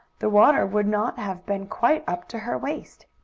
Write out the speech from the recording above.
the water would not have been quite up to her waist.